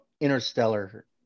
Interstellar